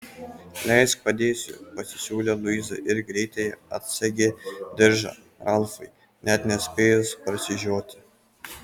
leisk padėsiu pasisiūlė luiza ir greitai atsegė diržą ralfui net nespėjus prasižioti